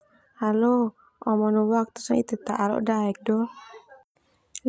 Halo, oh manu waktu sono ita teu ta'ah lodaek do.